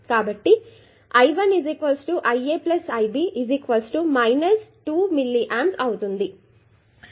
కాబట్టి I 1 I A I B 2 milli amps